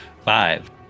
five